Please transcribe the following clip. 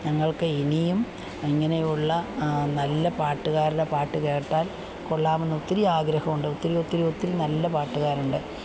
ഞങ്ങള്ക്ക് ഇനിയും ഇങ്ങനെയുള്ള നല്ല പാട്ടുകാരുടെ പാട്ട് കേട്ടാല് കൊള്ളാമെന്നൊത്തിരി ആഗ്രഹമുണ്ട് ഒത്തിരിയൊത്തിരി ഒത്തിരി നല്ല പാട്ടുകാരുണ്ട്